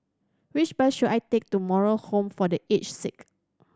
which bus should I take to Moral Home for The Aged Sick